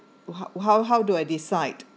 how how how do I decide